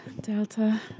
Delta